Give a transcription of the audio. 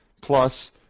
Plus